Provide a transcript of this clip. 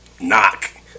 Knock